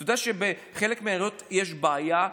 אתה יודע שבחלק מהעיריות יש בעיה,